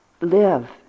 live